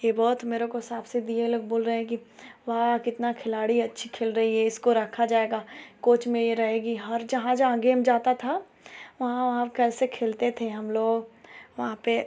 ये बहुत मेरे को शाबाशी दिए लोग बोल रहे हैं कि वाह कितना खिलाड़ी अच्छी खेल रही है इसको रखा जाएगा कोच में ये रहेगी हर जहाँ जहाँ गेम जाता था वहाँ वहाँ कैसे खेलते थे हम लोग वहाँ पर